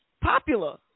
popular